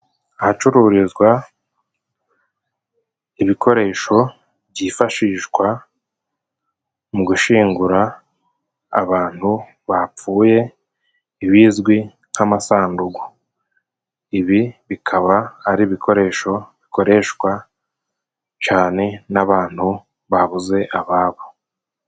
Ahacururizwa ibikoresho byifashishwa mu gushingura abantu bapfuye, ibizwi nk'amasanduku, ibi bikaba ari ibikoresho bikoreshwa cane n'abantu babuze ababo.